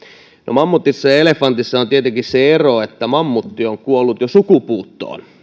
no mammutissa ja elefantissa on tietenkin se ero että mammutti on kuollut jo sukupuuttoon